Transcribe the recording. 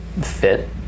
fit